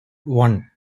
one